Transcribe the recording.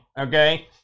okay